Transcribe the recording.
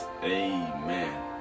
Amen